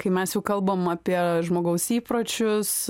kai mes jau kalbam apie žmogaus įpročius